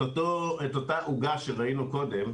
את אותה עוגה שראינו קודם,